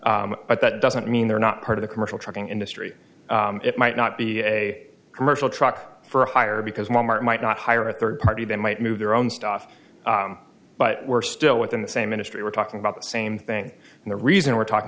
stuff but that doesn't mean they're not part of the commercial trucking industry it might not be a commercial truck for hire because wal mart might not hire a third party that might move their own stuff but we're still within the same industry we're talking about the same thing and the reason we're talking